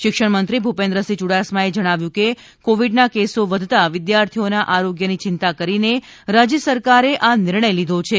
શિક્ષણ મંત્રી ભુપેન્દ્રસિંહ યુડાસમાએ જણાવ્યું હતું કે કોવિડના કેસો વધતા વિદ્યારથીઓના આરોગ્યની ચિંતા કરીને રાજ્ય સરકારે આ નિર્ણય લીધો છે